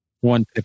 one